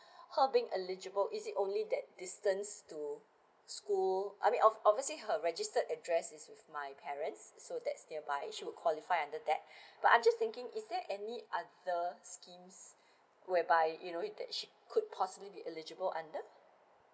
her being eligible is it only that distance to school I mean obv~ obviously her registered address is with my parents so that's nearby should qualify under that but I'm just thinking is there any other schemes whereby you know it that she could possibly be eligible under